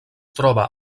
troba